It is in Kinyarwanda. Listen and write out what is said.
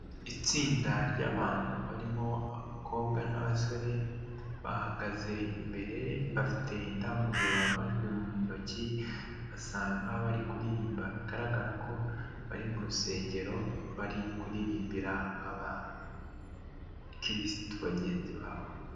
Itsinda ry'abantu barimo abakobwa n'abasore, bahagaze imbere bafite indangururamajwi mu ntoki, basa nk'abari kuririmba, bigaragara ko bari mu rusengero bari kuririmbira abakirisitu bagenzi babo.